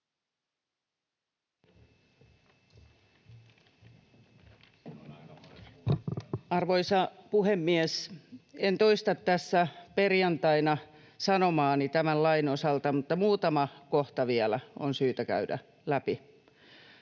Arvoisa puhemies! En toista tässä perjantaina sanomaani tämän lain osalta, mutta muutama kohta vielä on syytä käydä läpi.